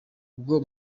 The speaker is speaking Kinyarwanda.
ubwo